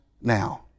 now